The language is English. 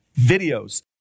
videos